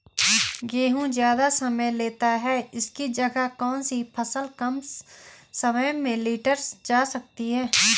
गेहूँ ज़्यादा समय लेता है इसकी जगह कौन सी फसल कम समय में लीटर जा सकती है?